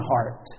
heart